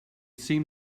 seems